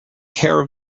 care